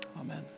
Amen